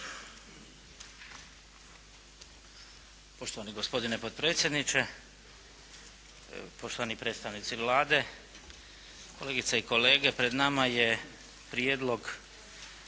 Poštovani gospodine potpredsjedniče, poštovani predstavnici Vlade, kolegice i kolege. Pred nama je prijedlog